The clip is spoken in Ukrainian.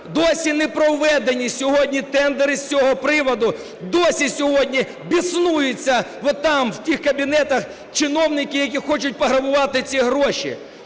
Досі не проведені сьогодні тендери з цього приводу, досі сьогодні біснуються там, в тих кабінетах, чиновники, які хочуть пограбувати ці гроші.